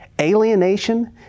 alienation